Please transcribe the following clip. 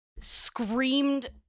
screamed